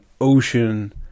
Ocean